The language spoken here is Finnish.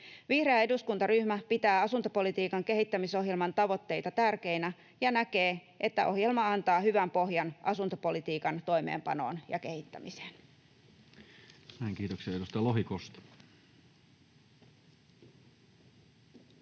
Vihreä eduskuntaryhmä pitää asuntopolitiikan kehittämisohjelman tavoitteita tärkeinä ja näkee, että ohjelma antaa hyvän pohjan asuntopolitiikan toimeenpanoon ja kehittämiseen. Näin, kiitoksia. — Edustaja Lohikoski.